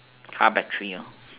car battery